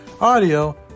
audio